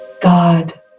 God